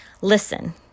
Listen